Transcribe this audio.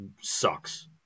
sucks